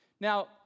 Now